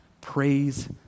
praise